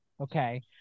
okay